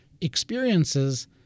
experiences